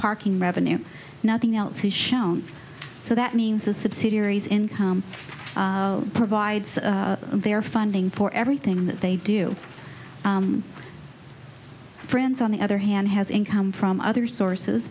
parking revenue nothing else has shown so that means a subsidiaries income provides their funding for everything that they do france on the other hand has income from other sources